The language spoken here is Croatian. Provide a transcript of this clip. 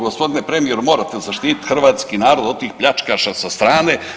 G. premijeru, morate zaštiti hrvatski narod od tih pljačkaša sa strane.